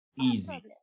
Easy